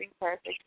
perfect